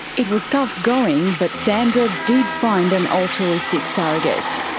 it was tough going but sandra did find an altruistic surrogate.